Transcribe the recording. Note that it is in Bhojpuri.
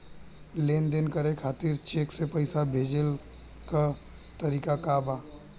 लेन देन करे खातिर चेंक से पैसा भेजेले क तरीकाका बा?